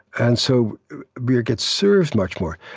and so we get served much more.